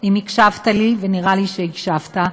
אם הקשבת לי, ונראה לי שהקשבת,